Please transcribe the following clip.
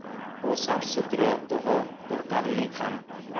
ᱠᱚ ᱥᱟᱯᱷᱼᱥᱩᱛᱨᱟᱹ ᱫᱚᱦᱚ ᱫᱚᱨᱠᱟᱨ ᱞᱮᱱᱠᱷᱟᱱ